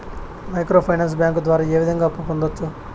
micro finance bank ద్వారా ఏ విధంగా అప్పు పొందొచ్చు